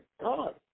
God